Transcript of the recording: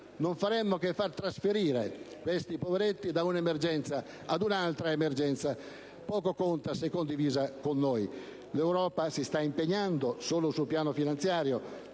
non faremmo che far trasferire questi poveretti da un'emergenza ad un'altra, poco conta se condivisa con noi. L'Europa si sta impegnando solo sul piano finanziario;